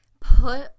put